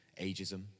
ageism